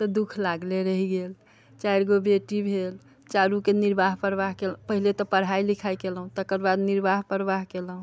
तऽ दुःख लागले रहि गेल चारि गो बेटी भेल चारूके निर्वाह परवाह केलहुँ पहिने तऽ पढ़ाइ लिखाइ केलहुँ तकरबाद निर्वाह परवाह केलहुँ